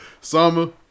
Summer